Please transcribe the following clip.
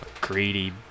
greedy